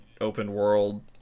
open-world